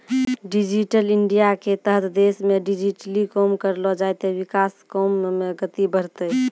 digital इंडियाके तहत देशमे डिजिटली काम करलो जाय ते विकास काम मे गति बढ़तै